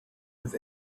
with